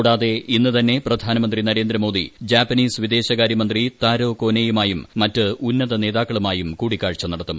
കൂടാതെ ഇന്നു തന്നെ പ്രധാനമന്ത്രി നരേന്ദ്രമോദി ജാപ്പനീസ് വിദേശകാര്യമന്ത്രി താരോ കോനേയുമായും മറ്റ് ഉന്നത നേതാക്കളുമായും കൂടിക്കാഴ്ച നടത്തും